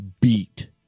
beat